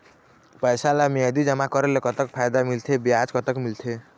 पैसा ला मियादी जमा करेले, कतक फायदा मिलथे, ब्याज कतक मिलथे?